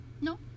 No